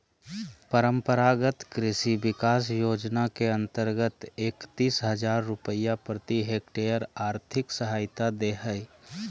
परम्परागत कृषि विकास योजना के अंतर्गत एकतीस हजार रुपया प्रति हक्टेयर और्थिक सहायता दे हइ